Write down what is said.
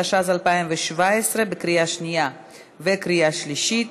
התשע"ז 2017, בקריאה שנייה וקריאה שלישית.